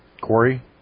Corey